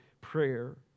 prayer